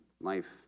life